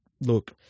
look